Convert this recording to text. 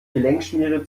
gelenkschmiere